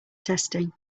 testing